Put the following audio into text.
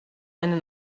eine